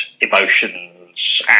emotions